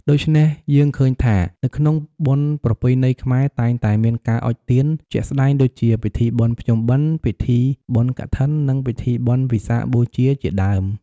ដូច្នេះយើងឃើញថា នៅក្នុងបុណ្យប្រពៃណីខ្មែរតែងតែមានការអុជទៀន ជាក់ស្តែងដូចជា ពិធីបុណ្យភ្ជុំបិណ្ឌ ពិធីបុណ្យកឋិន និងពិធីបុណ្យវិសាខបូជាជាដើម។